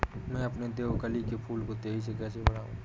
मैं अपने देवकली के फूल को तेजी से कैसे बढाऊं?